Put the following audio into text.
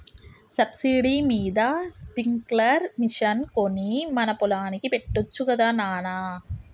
subsidy మీద sprinkler machine కొని మన పొలానికి పెట్టొచ్చు గదా నాన